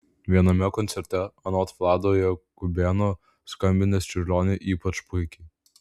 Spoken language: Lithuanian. viename koncerte anot vlado jakubėno skambinęs čiurlionį ypač puikiai